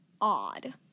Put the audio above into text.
odd